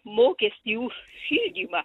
mokestį už šildymą